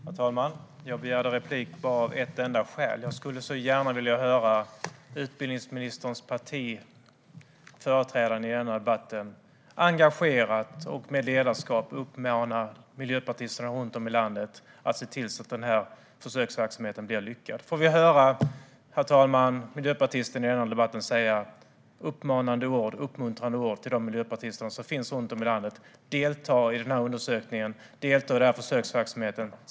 Herr talman! Jag begärde replik av ett enda skäl. Jag skulle gärna vilja höra företrädaren för utbildningsministerns parti i denna debatt engagerat och med ledarskap uppmana miljöpartisterna runt om i landet att se till att denna försöksverksamhet blir lyckad. Herr talman! Jag undrar om vi får höra miljöpartisten i denna debatt säga uppmanande och uppmuntrande ord till de miljöpartister som finns runt om i landet: Delta i den här undersökningen! Delta i denna försöksverksamhet!